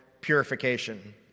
purification